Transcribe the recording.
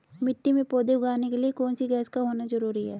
मिट्टी में पौधे उगाने के लिए कौन सी गैस का होना जरूरी है?